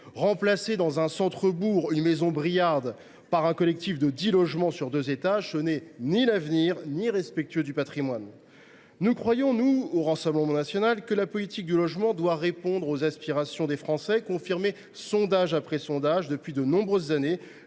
Remplacer, dans un centre bourg, une maison briarde par un collectif de dix logements sur deux étages, ce n’est ni l’avenir ni respectueux du patrimoine. Au Rassemblement national, nous pensons que la politique du logement doit répondre aux aspirations des Français, confirmées sondage après sondage depuis de nombreuses années